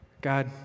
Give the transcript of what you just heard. God